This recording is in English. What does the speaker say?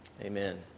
Amen